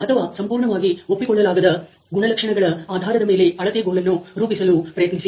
ಅಥವಾ ಸಂಪೂರ್ಣವಾಗಿ ಒಪ್ಪಿಕೊಳ್ಳಲಾಗದ ಗುಣಲಕ್ಷಣಗಳ ಆಧಾರದ ಮೇಲೆ ಅಳತೆಗೋಲನ್ನು ರೂಪಿಸಲು ಪ್ರಯತ್ನಿಸಿ